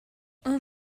اون